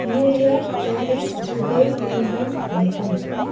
New York Paris Dubai London Hong Kong